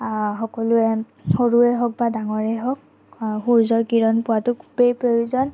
সকলোৱে সৰুৱে হওক বা ডাঙৰেই হওক সূৰ্যৰ কিৰণ পোৱাটো খুবেই প্ৰয়োজন